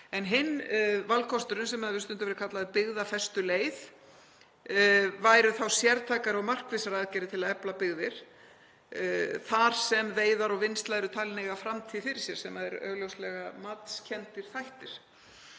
Hinn valkosturinn, sem hefur stundum verið kallaður byggðafestuleið, væri þá sértækar og markvissar aðgerðir til að efla byggðir þar sem veiðar og vinnsla eru talin eiga framtíð fyrir sér, sem eru augljóslega matskenndir þættir.